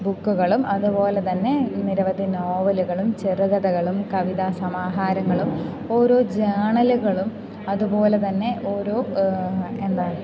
ബുക്കുകളും അതു പോലെ തന്നെ നിരവധി നോവലുകളും ചെറുകഥകളും കവിതാസമാഹാരങ്ങളും ഓരോ ജേർണലുകളും അതുപോലെ തന്നെ ഓരോ എന്താ